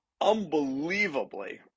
unbelievably